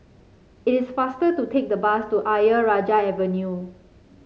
it is faster to take the bus to Ayer Rajah Avenue